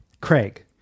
Craig